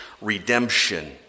redemption